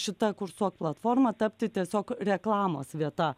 šita kursuok platforma tapti tiesiog reklamos vieta